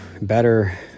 better